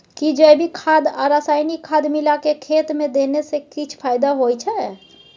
कि जैविक खाद आ रसायनिक खाद मिलाके खेत मे देने से किछ फायदा होय छै?